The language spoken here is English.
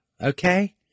okay